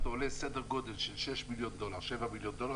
סדר גודל של שיפוץ הבניין הוא 6 7 מיליון דולר,